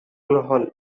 grohl